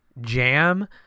jam